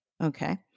Okay